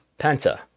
Penta